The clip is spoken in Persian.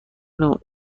نوع